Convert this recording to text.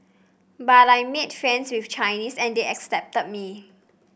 but I made friends with Chinese and they accepted me